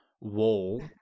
wall